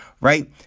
Right